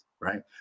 Right